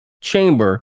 chamber